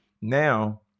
now